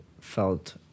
felt